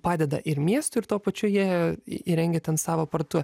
padeda ir miestui ir tuo pačiu jie įrengia ten savo parduotuvę